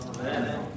Amen